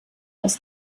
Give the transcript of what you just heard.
aus